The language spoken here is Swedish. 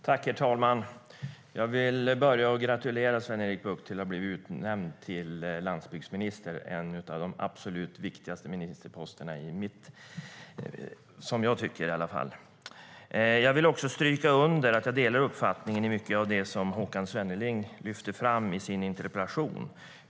Herr talman! Jag vill börja med att gratulera Sven-Erik Bucht till att ha blivit utnämnd till landsbygdsminister, en av de absolut viktigaste ministerposterna i mitt tycke. Jag vill också stryka under att jag delar uppfattning i mycket av det som Håkan Svenneling lyfte fram i sin interpellation.